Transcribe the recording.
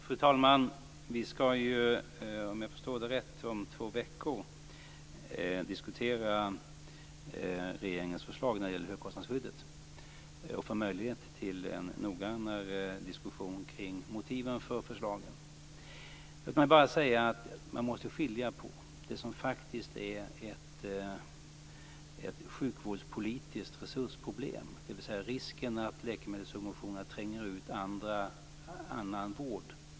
Fru talman! Vi skall, om jag förstår det rätt, diskutera regeringens förslag när det gäller högkostnadsskyddet om två veckor. Då får vi möjlighet till en noggrannare diskussion omkring motiven för förslaget. Låt mig bara säga att man måste skilja på det här. Å ena sidan har vi det som faktiskt är ett sjukvårdspolitiskt resursproblem, dvs. risken att läkemedelssubventionerna tränger ut annan vård.